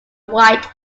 white